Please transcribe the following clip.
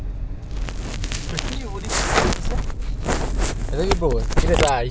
maksud aku nak ajak aku nak ajak budak-budak sekali duduk yang dekat kau tahu kan changi yang hujung tu